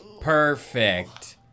Perfect